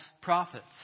prophets